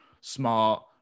Smart